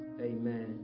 Amen